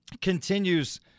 continues